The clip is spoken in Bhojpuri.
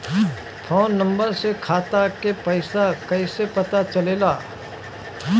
फोन नंबर से खाता के पइसा कईसे पता चलेला?